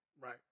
Right